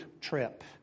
trip